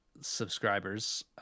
subscribers